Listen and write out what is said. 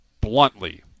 bluntly